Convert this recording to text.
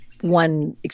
one